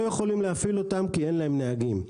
יכולים להפעיל אותם כי אין להם נהגים.